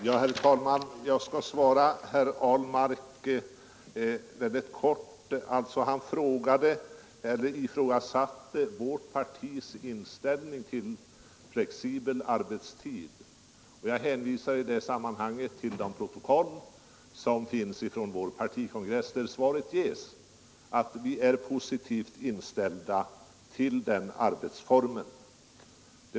Herr talman! Jag skall svara herr Ahlmark mycket kort. Han ifrågasatte vårt partis inställning till flexibel arbetstid. Jag har hänvisat till protokollet från vår partikongress där svaret ges, att vi är positivt inställda till den arbetsformen.